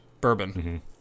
bourbon